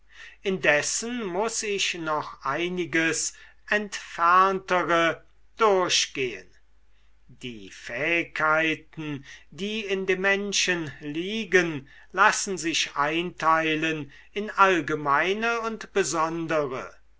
indessen muß ich noch einiges entferntere durchgehen die fähigkeiten die in dem menschen liegen lassen sich einteilen in allgemeine und besondere